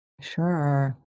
Sure